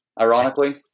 ironically